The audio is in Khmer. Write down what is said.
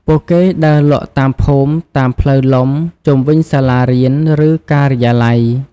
ពួកគេដើរលក់តាមភូមិ តាមផ្លូវលំ ជុំវិញសាលារៀន ឬការិយាល័យ។